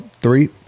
three